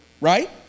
right